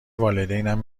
والدینم